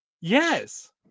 yes